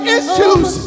issues